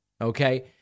Okay